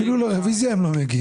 אפילו לרביזיה הם לא מגיעים.